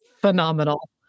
phenomenal